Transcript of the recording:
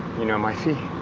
you know my fee.